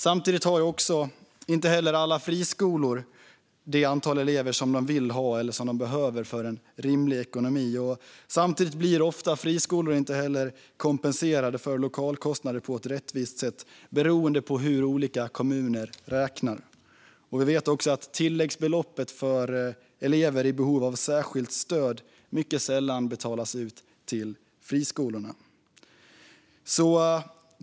Samtidigt har inte heller alla friskolor det antal elever som de vill ha och behöver för en rimlig ekonomi. Och samtidigt blir ofta friskolor inte heller kompenserade för lokalkostnader på ett rättvist sätt, beroende på hur olika kommuner räknar. Vi vet också att tilläggsbeloppet för elever i behov av särskilt stöd mycket sällan betalas ut till friskolorna.